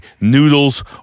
noodles